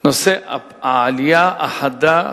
נושא העלייה החדה